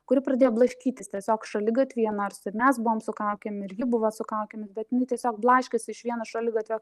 kuri pradėjo blaškytis tiesiog šaligatvyje nors ir mes buvom su kaukėm ir ji buvo su kaukėmis bet jinai tiesiog blaškėsi iš vieno šaligatvio